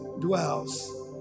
dwells